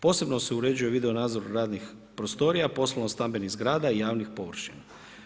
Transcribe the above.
Posebno se uređuje video nadzor radnih prostorija, poslovno stambenih zgrada i javnih površina.